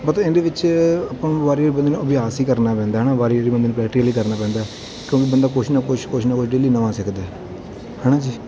ਮਤਲਬ ਇਹਨਾਂ ਦੇ ਵਿੱਚ ਆਪਾਂ ਨੂੰ ਵਾਰੀ ਵਾਰੀ ਬੰਦੇ ਨੂੰ ਅਭਿਆਸ ਹੀ ਕਰਨਾ ਪੈਂਦਾ ਹੈ ਨਾ ਵਾਰੀ ਵਾਰੀ ਬੰਦੇ ਨੂੰ ਪ੍ਰੈਕਟੀਕਲ ਹੀ ਕਰਨਾ ਪੈਂਦਾ ਕਿਉਂਕਿ ਬੰਦਾ ਕੁਛ ਨਾ ਕੁਛ ਕੁਛ ਨਾ ਕੁਛ ਡੇਲੀ ਨਵਾਂ ਸਿੱਖਦਾ ਹੈ ਨਾ ਜੀ